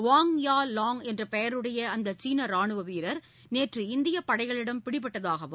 வாங் Ya Long என்ற பெயருடைய அந்த சீன ராணுவ வீரர் நேற்று இந்திய படைகளிடம் பிடிபட்டதாகவும்